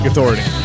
Authority